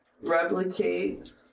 replicate